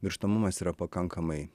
mirštamumas yra pakankamai